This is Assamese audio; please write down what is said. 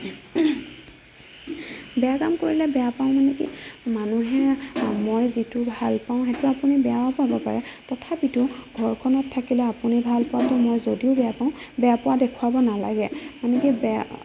বেয়া কাম কৰিলে বেয়া পাওঁ মানে কি মানুহে মই যিটো ভাল পাওঁ সেইটো আপুনি বেয়াও পাব পাৰে তথাপিটো ঘৰখনত থাকিলে আপুনি ভালপোৱাটো মই যদিও বেয়া পাওঁ বেয়া পোৱা দেখুৱাব নেলাগে মানে কি বেয়া